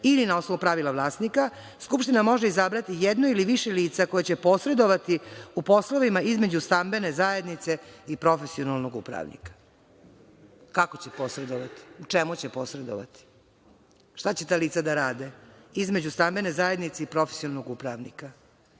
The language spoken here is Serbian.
ili na osnovu pravila vlasnika, skupština može izabrati jedno ili više lica koja će posredovati u poslovima, između stambene zajednice i profesionalnog upravnika. Kako će posredovati? U čemu će posredovati? Šta će ta lica da rade između stambene zajednice i profesionalnog upravnika?